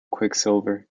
quicksilver